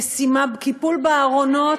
קיפול בארונות,